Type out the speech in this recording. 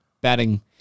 batting